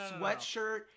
sweatshirt